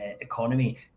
economy